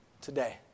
Today